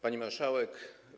Pani Marszałek!